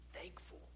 thankful